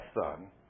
son